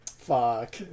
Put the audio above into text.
Fuck